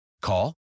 Call